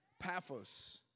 Paphos